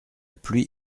pluie